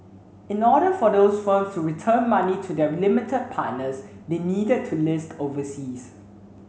in order for those firms to return money to their limited partners they needed to list overseas